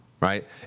Right